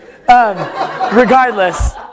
regardless